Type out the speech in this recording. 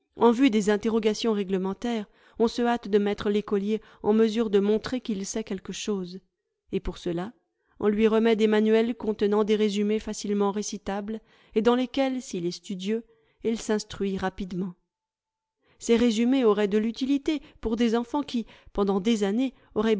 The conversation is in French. en vue des interrogations réglementaires on se hâte de mettre l'écolier en mesure de montrer qu'il sait quelque chose et pour cela on lui remet des manuels contenant des résumés facilement récitables et dans lesquels s'il est studieux il s'instruit rapidement ces résumés auraient de l'utilité pour des enfants qui pendant des années